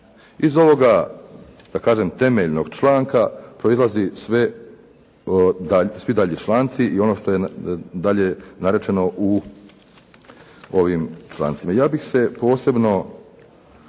Iz ovoga da kažem temeljnog članka proizlazi sve, svi daljnji članci i ono što je dalje narečeno u ovim člancima.